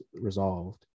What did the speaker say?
resolved